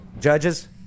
Judges